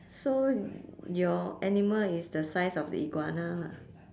so your animal is the size of the iguana lah